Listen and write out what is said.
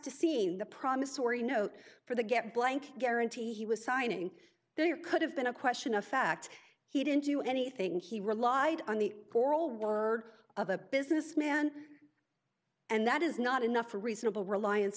to see the promissory note for the get blank guarantee he was signing there could have been a question of fact he didn't do anything he relied on the coral word of a businessman and that is not enough reasonable reliance